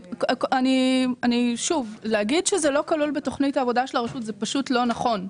להגיד שזה לא כלול בתוכנית העבודה של הרשות זה פשוט לא נכון.